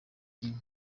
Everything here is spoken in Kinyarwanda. nyine